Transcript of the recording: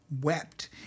wept